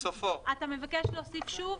בסופו אתה מבקש להוסיף, שוב?